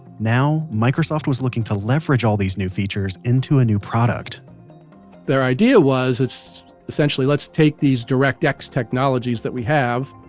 now, microsoft was looking to leverage all these new features into a new product their idea was, essentially let's take these direct x technologies that we have,